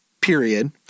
period